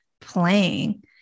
playing